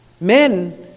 Men